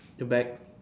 you back